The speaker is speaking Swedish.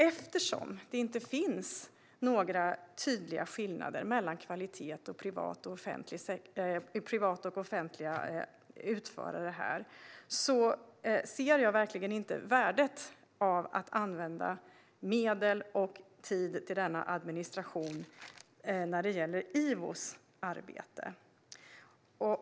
Eftersom det inte finns några tydliga skillnader mellan kvalitet hos privata och offentliga utförare ser jag verkligen inte värdet av att använda medel och tid för denna administration när det gäller IVO:s arbete.